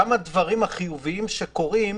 גם הדברים החיוביים שקורים,